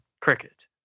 cricket